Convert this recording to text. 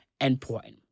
important